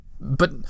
But